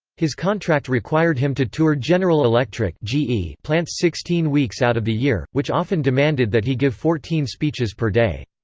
his contract required him to tour general electric plants sixteen weeks out of the year, which often demanded that he give fourteen speeches per day.